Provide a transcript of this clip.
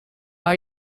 are